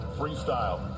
freestyle